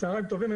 צהריים טובים.